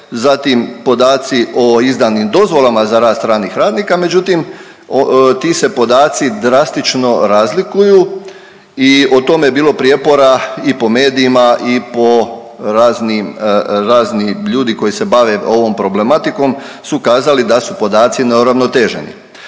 zatim podaci o izdanim dozvolama za rad stranih radnika. Međutim, ti se podaci drastično razlikuju i o tome je bilo prijepora i po medijima i po raznim, ljudi koji se bave ovom problematikom su kazali da su podaci neuravnoteženi.